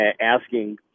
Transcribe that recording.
asking